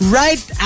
right